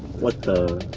what the